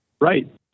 Right